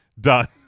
done